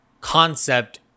concept